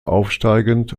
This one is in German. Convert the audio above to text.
aufsteigend